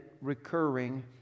recurring